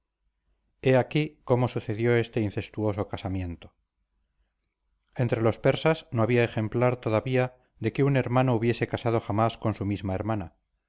aquí cómo sucedió este incestuoso casamiento entre los persas no había ejemplar todavía de que un hermano hubiese casado jamás con su misma hermana